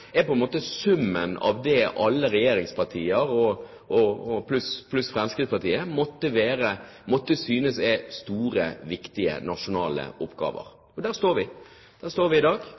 tilsynsregime på en måte er summen av det alle regjeringspartiene pluss Fremskrittspartiet, måtte synes er store, viktige, nasjonale samfunnsmessige oppgaver. Der står vi i dag.